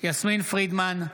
יסמין פרידמן,